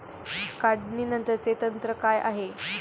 काढणीनंतरचे तंत्र काय आहे?